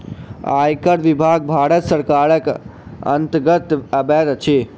आयकर विभाग भारत सरकारक अन्तर्गत अबैत अछि